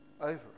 over